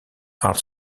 art